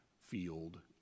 field